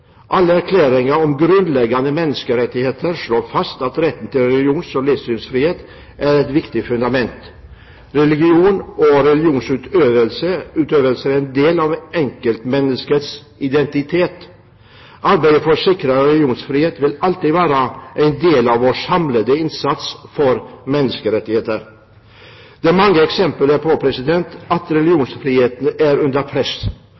Alle erklæringer om grunnleggende menneskerettigheter slår fast at retten til religions- og livssynsfrihet er et viktig fundament. Religion og religionsutøvelse er en del av enkeltmenneskets identitet. Arbeidet for å sikre religionsfrihet vil alltid være en del av vår samlede innsats for menneskerettigheter. Det er mange eksempler på at religionsfriheten er under press